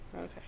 okay